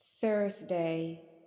Thursday